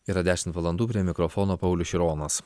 yra dešimt valandų prie mikrofono paulius šironas